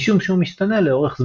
משום שהוא משתנה לאורך זמן.